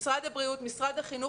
משרד הבריאות ומשרד החינוך,